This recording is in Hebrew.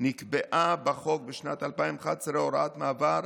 נקבעה בחוק בשנת 2011 הוראת מעבר,